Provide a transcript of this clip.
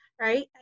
right